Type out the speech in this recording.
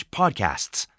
podcasts